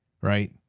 right